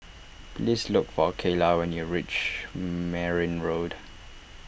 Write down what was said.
please look for Kaylah when you reach Merryn Road